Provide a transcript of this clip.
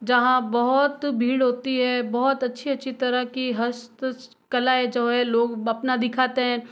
जहाँ बहुत भीड़ होती है बहुत अच्छी अच्छी तरह की हस्त कलाएं जो है लोग अपना दिखाते हैं